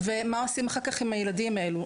ומה עושים אחר כך עם הילדים האלו?